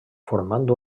formant